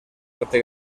arte